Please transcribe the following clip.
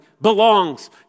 belongs